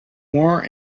more